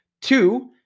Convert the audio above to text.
Two